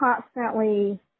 constantly